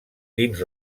dins